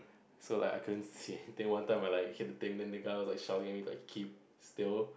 so I couldn't see I think one time I'm like hit the thing then the colours like shouting at me like keep still